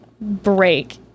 break